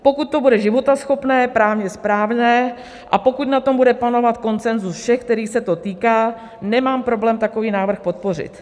Pokud to bude životaschopné, právně správné a pokud na tom bude panovat konsenzus všech, kterých se to týká, nemám problém takový návrh podpořit.